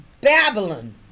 Babylon